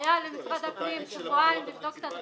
היו למשרד הפנים שבועיים לבדוק את הדברים.